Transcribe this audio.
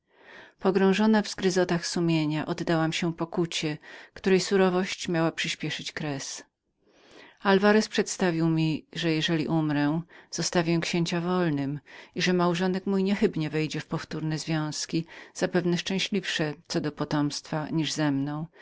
pogrążona w zgryzotach sumienia oddałam się pokucie której surowość miała skrócić kres alwarez przedstawił mi że umierając zostawiłam księcia wolnym i że małżonek mój niechybnie byłby wszedł w powtórne związki zapewne szczęśliwsze co do potomstwa niż ze mną